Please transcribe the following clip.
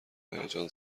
هیجان